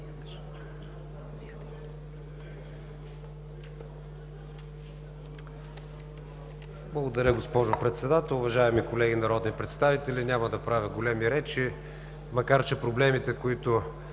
Благодаря Ви, госпожо Председател. Уважаеми колеги народни представители, няма да държа големи речи, макар че проблемите, които